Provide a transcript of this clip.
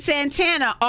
Santana